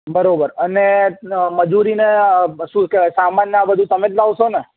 બરાબર અને મજૂરીને શું કહેવાય સામાનને આ બધું તમે જ લાવશો ને